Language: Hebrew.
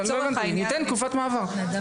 ניתן תקופת מעבר.